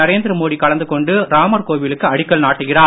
நரேந்திரமோடி கலந்து கொண்டு ராமர் கோவிலுக்கு அடிக்கல் நாட்டுகிறார்